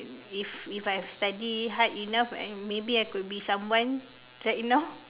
if if I've studied hard enough I maybe I could be someone right now